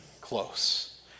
close